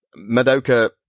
Madoka